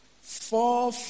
Four